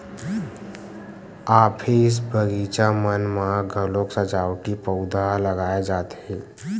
office, बगीचा मन म घलोक सजावटी पउधा लगाए जाथे